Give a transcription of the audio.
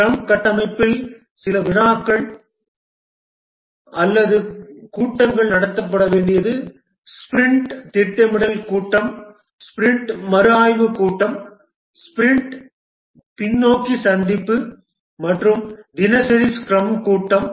scrum கட்டமைப்பில் சில விழாக்கள் அல்லது கூட்டங்கள் நடத்தப்பட வேண்டியது ஸ்பிரிண்ட் திட்டமிடல் கூட்டம் ஸ்பிரிண்ட் மறுஆய்வுக் கூட்டம் ஸ்பிரிண்ட் பின்னோக்கிச் சந்திப்பு மற்றும் தினசரி ஸ்க்ரம் கூட்டம்